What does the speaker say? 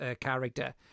character